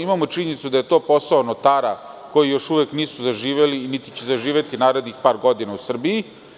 Imamo činjenicu da je to posao notara koji još uvek nisu zaživeli, niti će zaživeti u narednih par godina u Srbiji.